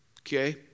Okay